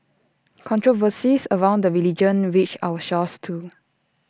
controversies around the religion reached our shores too